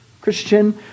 Christian